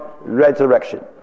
resurrection